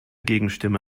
gegenstimme